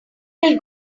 will